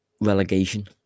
relegation